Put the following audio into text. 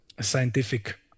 scientific